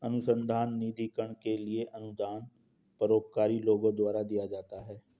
अनुसंधान निधिकरण के लिए अनुदान परोपकारी लोगों द्वारा दिया जाता है